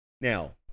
Now